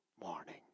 morning